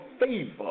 favor